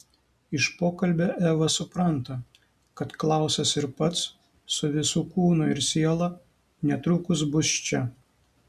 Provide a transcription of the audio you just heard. iš pokalbio eva supranta kad klausas ir pats su visu kūnu ir siela netrukus bus čia